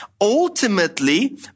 ultimately